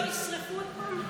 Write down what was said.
שלא ישרפו עוד פעם.